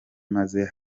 maze